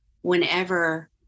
whenever